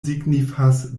signifas